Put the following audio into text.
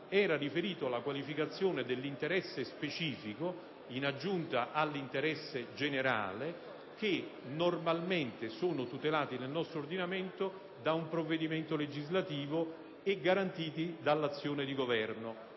era riferita alla qualificazione dell'interesse specifico in aggiunta all'interesse generale, normalmente tutelati nel nostro ordinamento da un provvedimento legislativo e garantiti dall'azione di governo.